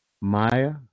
Maya